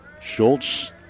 Schultz